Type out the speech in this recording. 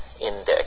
index